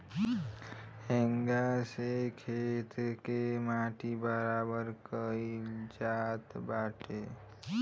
हेंगा से खेत के माटी बराबर कईल जात बाटे